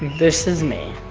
this is me.